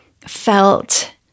felt